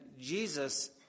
Jesus